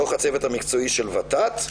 דוח הצוות המקצועי של ות"ת,